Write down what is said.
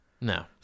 No